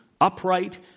upright